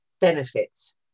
benefits